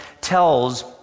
tells